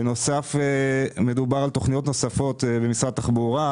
בנוסף מדובר על תוכניות נוספות במשרד התחבורה,